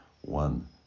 one